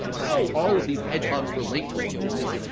how all of these hedgehogs relate to one another.